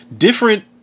different